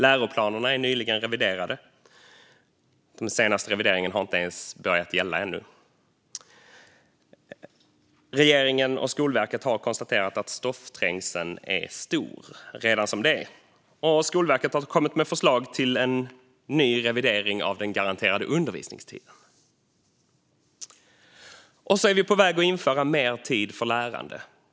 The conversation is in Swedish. Läroplanerna är nyligen reviderade; den senaste revideringen har inte ens börjat gälla ännu. Regeringen och Skolverket har konstaterat att stoffträngseln är stor redan som det är, och Skolverket har kommit med förslag till en ny revidering av den garanterade undervisningstiden. Vi är på väg att införa mer tid för lärande.